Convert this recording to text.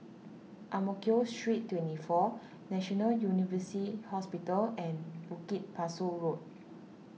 Ang Mo Kio Street twenty four National University Hospital and Bukit Pasoh Road